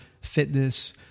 fitness